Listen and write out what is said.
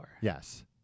Yes